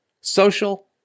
social